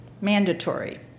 mandatory